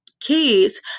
kids